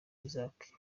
isaac